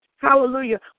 Hallelujah